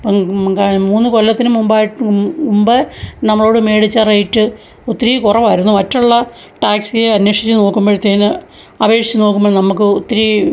അപ്പം മൂന്ന് കൊല്ലത്തിന് മുമ്പായിട്ട് മുമ്പ് നമ്മളോട് മേടിച്ച റേറ്റ് ഒത്തിരി കുറവായിരുന്നു മറ്റുള്ള ടാക്സി അന്വേഷിച്ച് നോക്കുമ്പോഴത്തേക്ക് അപേക്ഷിച്ച് നോക്കുമ്പോൾ നമ്മൾക്ക് ഒത്തിരി